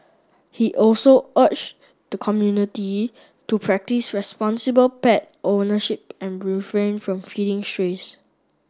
he also urged the community to practise responsible pet ownership and refrain from feeding strays